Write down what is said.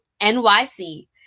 NYC